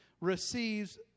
receives